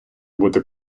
бути